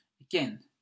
Again